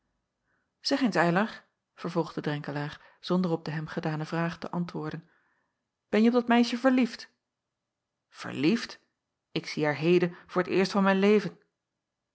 zeg eens eylar vervolgde drenkelaer zonder op de hem gedane vraag te antwoorden benje op dat meisje verliefd verliefd ik zie haar heden voor t eerst van mijn leven